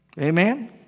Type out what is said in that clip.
Amen